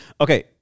Okay